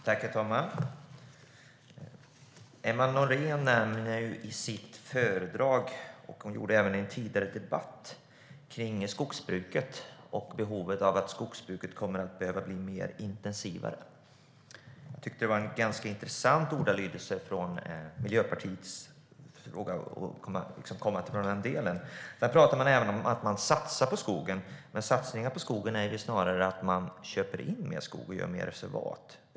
Herr talman! Emma Nohrén nämner i sitt anförande, och hon gjorde det även i en tidigare debatt, att skogsbruket kommer att behöva bli mer intensivt. Det var ganska intressanta ord för Miljöpartiets del. Man talar även om att man satsar på skogen. Men satsningar på skogen är snarare att köpa in mer skog och göra fler reservat.